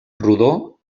rodó